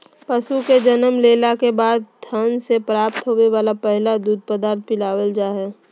पशु के जन्म लेला के बाद थन से प्राप्त होवे वला पहला दूध पदार्थ पिलावल जा हई